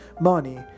Money